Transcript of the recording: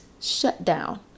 shutdown